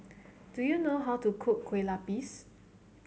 do you know how to cook Kueh Lapis